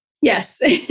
Yes